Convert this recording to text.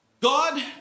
God